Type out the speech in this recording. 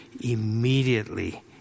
immediately